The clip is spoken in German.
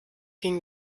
ging